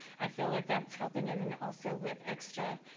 i feel that that's helping. and then also with extra